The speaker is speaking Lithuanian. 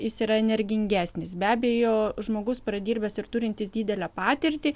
jis yra energingesnis be abejo žmogus pradirbęs ir turintis didelę patirtį